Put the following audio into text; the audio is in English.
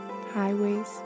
highways